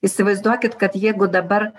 įsivaizduokit kad jeigu dabar